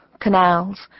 canals